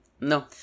no